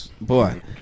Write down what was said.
boy